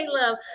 love